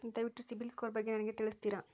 ದಯವಿಟ್ಟು ಸಿಬಿಲ್ ಸ್ಕೋರ್ ಬಗ್ಗೆ ನನಗೆ ತಿಳಿಸ್ತೀರಾ?